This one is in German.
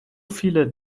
viele